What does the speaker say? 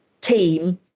team